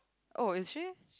oh it's she